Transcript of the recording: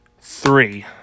three